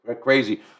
crazy